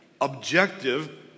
Objective